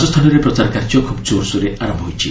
ରାଜସ୍ଥାନରେ ପ୍ରଚାର କାର୍ଯ୍ୟ ଖୁବ୍ କୋର୍ସୋର୍ରେ ଆରମ୍ଭ ହୋଇଛି